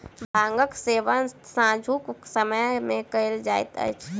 भांगक सेवन सांझुक समय मे कयल जाइत अछि